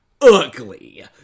ugly